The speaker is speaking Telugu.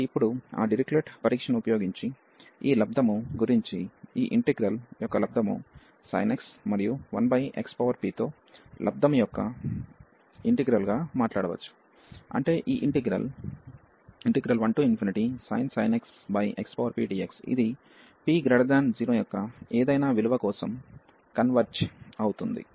కాబట్టి ఇప్పుడు ఆ డిరిచ్లెట్ పరీక్షను ఉపయోగించి ఈ లబ్ధము గురించి ఈ ఇంటిగ్రల్ యొక్క లబ్ధము sin x మరియు 1xp తో లబ్ధము యొక్క ఇంటిగ్రల్ గా మాట్లాడవచ్చు అంటే ఈ ఇంటిగ్రల్ 1sin x xpdxఇది p 0 యొక్క ఏదైనా విలువ కోసం కన్వర్జ్ అవుతుంది